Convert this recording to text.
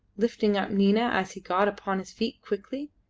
lifting up nina as he got upon his feet quickly.